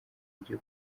buryo